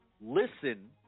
listen